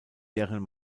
deren